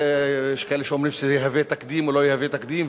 ויש כאלה שאומרים שזה יהווה תקדים או לא יהווה תקדים,